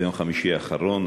ביום חמישי האחרון,